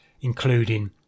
including